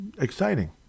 exciting